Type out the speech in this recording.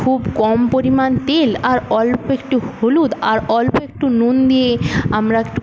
খুব কম পরিমাণ তেল আর অল্প একটু হলুদ আর অল্প একটু নুন দিয়ে আমরা একটু